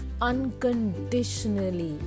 unconditionally